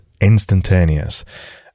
instantaneous